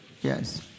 Yes